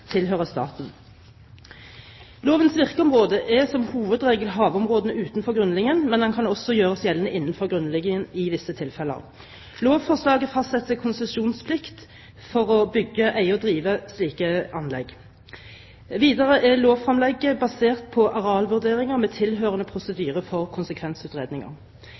tilhører staten. Lovens virkeområde er som hovedregel havområdene utenfor grunnlinjen, men den kan også gjøres gjeldende innenfor grunnlinjen i visse tilfeller. Lovforslaget fastsetter konsesjonsplikt for å bygge, eie og drive slike anlegg. Videre er lovfremlegget basert på arealvurderinger med tilhørende prosedyre for konsekvensutredninger.